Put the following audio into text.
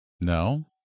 No